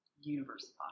universe